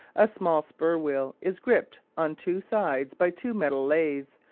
a small spur-wheel is gripped on two sides by two metal laths,